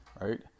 right